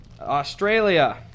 Australia